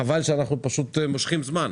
חבל שאנחנו פשוט מושכים זמן.